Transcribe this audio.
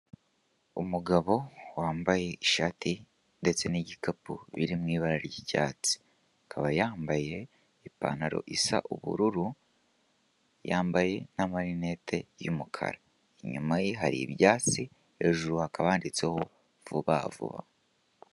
Umugabo wambaye ishati ndetse n'igikapu, biri mu ibara ry'icyatsi. Akaba yambaye ipantaro isa ubururu, yambaye n'amarinete y'umukara. Inyuma ye hari ibyatsi, hejuru hakaba handitseho vuba vuba.